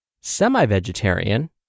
semi-vegetarian